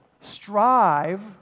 Strive